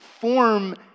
form